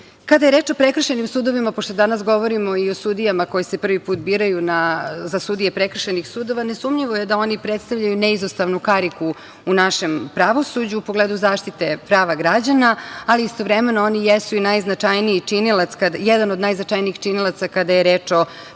je reč o prekršajnim sudovima, pošto danas govorimo i o sudijama koji se prvi put biraju za sudije prekršajnih sudova, nesumnjivo je da oni predstavljaju neizostavnu kariku u našem pravosuđu u pogledu zaštite prava građana, ali istovremeno oni jesu jedan od najznačajnijih činilaca kada je reč o